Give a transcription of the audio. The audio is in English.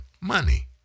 Money